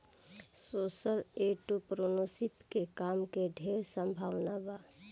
social entrepreneurship में काम के ढेर संभावना बा